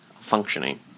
functioning